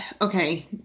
okay